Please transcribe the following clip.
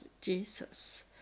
Jesus